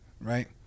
Right